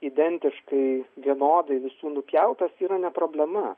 identiškai vienodai visų nupjautas yra ne problema